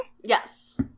Yes